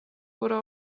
oder